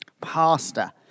Pastor